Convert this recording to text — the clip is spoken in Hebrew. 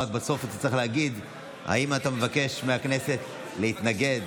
בסוף אתה רק צריך להגיד אם אתה מבקש מהכנסת להתנגד.